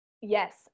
Yes